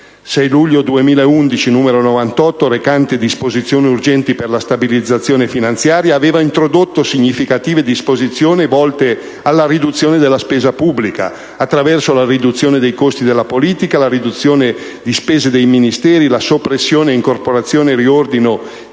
6 luglio 2011, n. 98, recante «Disposizioni urgenti per la stabilizzazione finanziaria», aveva introdotto significative disposizioni volte alla riduzione della spesa pubblica, attraverso la riduzione dei costi della politica, la riduzione delle spese dei Ministeri, la soppressione, incorporazione e riordino